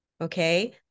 Okay